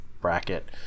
bracket